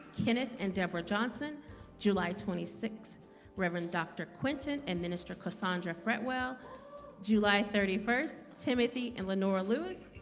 kenneth and deborah johnson july twenty six reverend, dr. quinton and minister cassandra fretwell july thirty first timothy and leonora lewis